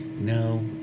No